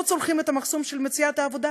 לא צולחים את המחסום של מציאת העבודה,